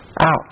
out